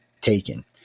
Taken